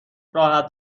راحت